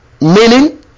Meaning